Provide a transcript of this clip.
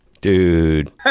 Dude